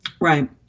Right